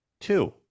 two